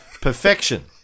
perfection